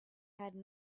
had